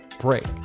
break